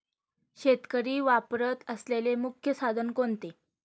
शेतकरी वापरत असलेले मुख्य साधन कोणते?